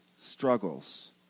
struggles